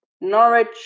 Norwich